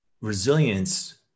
resilience